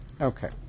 Okay